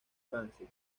francia